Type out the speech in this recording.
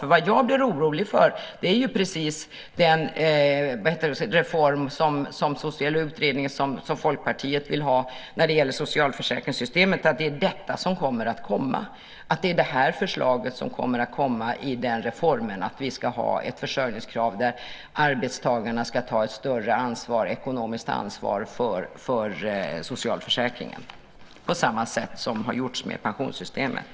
För vad jag blir orolig för är ju precis den reform, eller utredning, som Folkpartiet vill ha när det gäller socialförsäkringssystemet, och att det är det förslaget som kommer att komma i reformen, det vill säga att vi ska ha ett försörjningskrav där arbetstagarna ska ta ett större ekonomiskt ansvar för socialförsäkringarna på samma sätt som har gjorts med pensionssystemet.